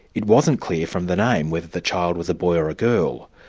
it wasn't clear from the name whether the child was a boy or a girl.